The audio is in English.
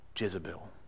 Jezebel